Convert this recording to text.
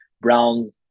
brown